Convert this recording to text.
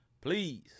please